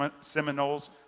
Seminoles